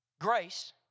grace